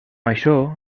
això